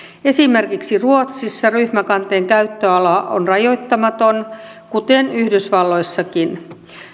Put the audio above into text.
esimerkiksi ruotsissa ryhmäkanteen käyttöala on rajoittamaton kuten yhdysvalloissakin